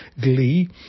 glee